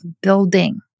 building